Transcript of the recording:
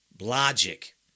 Logic